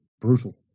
Brutal